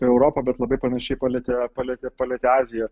europą bet labai panašiai palietė palietė palietė aziją